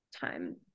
time